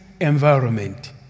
Environment